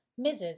Mrs